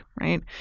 right